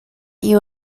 you